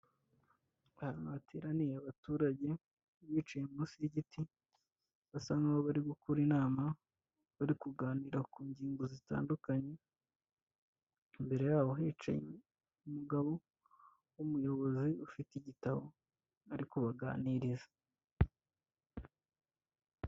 Ahantu hateraniye abaturage bicaye munsi y'igiti basa nk'aho bari gukora inama bari kuganira ku ngingo zitandukanye, imbere yabo hicaye umugabo w'umuyobozi ufite igitabo ari kubaganiriza.